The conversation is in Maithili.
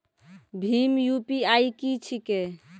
भीम यु.पी.आई की छीके?